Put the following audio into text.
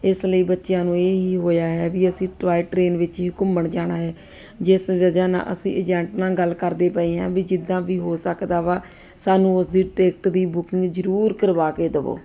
ਇਸ ਲਈ ਬੱਚਿਆਂ ਨੂੰ ਇਹ ਹੀ ਹੋਇਆ ਹੈ ਵੀ ਅਸੀਂ ਟੋਆਏ ਟ੍ਰੇਨ ਵਿੱਚ ਹੀ ਘੁੰਮਣ ਜਾਣਾ ਹੈ ਜਿਸ ਵਜ੍ਹਾ ਨਾਲ ਅਸੀਂ ਏਜੈਂਟ ਨਾਲ ਗੱਲ ਕਰਦੇ ਪਏ ਹਾਂ ਵੀ ਜਿੱਦਾਂ ਵੀ ਹੋ ਸਕਦਾ ਵਾ ਸਾਨੂੰ ਉਸਦੀ ਟਿਕਟ ਦੀ ਬੁਕਿੰਗ ਜ਼ਰੂਰ ਕਰਵਾ ਕੇ ਦੇਵੋ